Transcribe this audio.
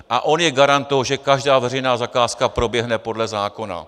A on je garant toho, že každá veřejná zakázka proběhne podle zákona.